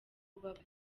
ubabaye